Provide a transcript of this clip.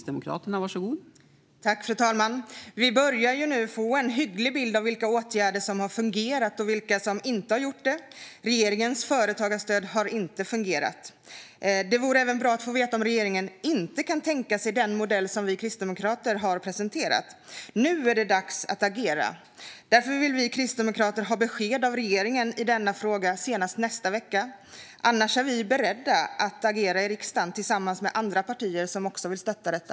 Fru talman! Vi börjar nu få en hygglig bild av vilka åtgärder som har fungerat och vilka som inte gjort det. Regeringens företagarstöd har inte fungerat. Det vore bra att få veta om regeringen inte kan tänka sig den modell som vi kristdemokrater har presenterat. Nu är det dags att agera. Därför vill vi kristdemokrater ha besked av regeringen i denna fråga senast nästa vecka. Annars är vi beredda att agera i riksdagen tillsammans med andra partier som också vill stötta detta.